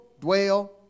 dwell